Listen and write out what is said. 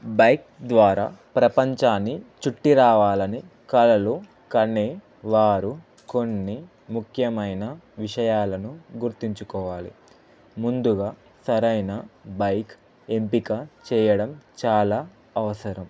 bike ద్వారా ప్రపంచాన్ని చుట్టి రావాలని కలలు కనేవారు కొన్ని ముఖ్యమైన విషయాలను గుర్తుంచుకోవాలి ముందుగా సరైన బైక్ ఎంపిక చేయడం చాలా అవసరం